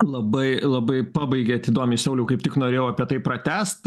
labai labai pabaigiat idomiai sauliau kaip tik norėjau apie tai pratęst